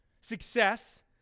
Success